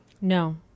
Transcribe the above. No